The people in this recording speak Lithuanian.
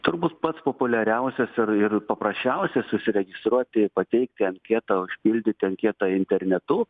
turbūt pats populiariausias ir ir paprasčiausias užsiregistruoti pateikti anketą užpildyti anketą internetu